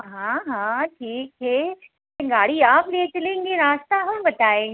हाँ हाँ ठीक हे गाड़ी आप ले चलेंगे रास्ता हम बताएंगे